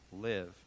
live